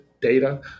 data